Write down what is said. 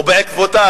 ובעקבותיו,